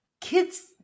Kids